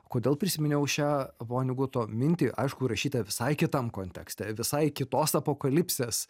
kodėl prisiminiau šią voneguto mintį aišku rašytą visai kitam kontekste visai kitos apokalipsės